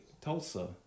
Tulsa